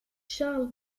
charles